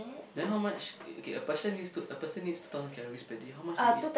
then how much okay a person needs a person needs two thousand calories per day how much do you eat